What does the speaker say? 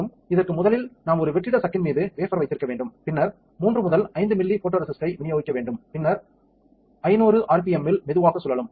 மற்றும் இதற்கு முதலில் நாம் ஒரு வெற்றிட சக்கின் மீது வேபர் வைத்திருக்க வேண்டும் பின்னர் 3 முதல் 5 மிலி போட்டோரேசிஸ்டை விநியோகிக்க வேண்டும் பின்னர் 500 ஆர்பிஎம்மில் மெதுவாக சுழலும்